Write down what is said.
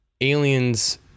aliens